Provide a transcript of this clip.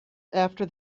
after